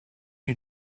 you